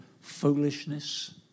foolishness